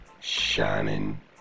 Shining